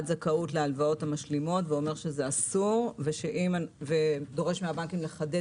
זכאות להלוואות המשלימות ואומר שזה אסור ודורש מהבנקים לחדד